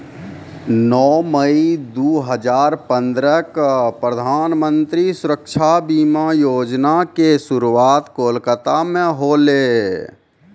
नौ मई दू हजार पंद्रह क प्रधानमन्त्री सुरक्षा बीमा योजना के शुरुआत कोलकाता मे होलै